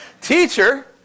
Teacher